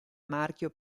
marchio